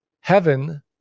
heaven